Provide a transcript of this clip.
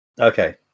Okay